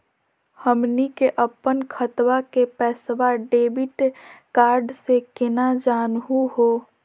हमनी के अपन खतवा के पैसवा डेबिट कार्ड से केना जानहु हो?